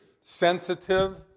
sensitive